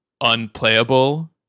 unplayable